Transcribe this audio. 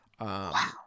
Wow